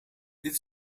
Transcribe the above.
dit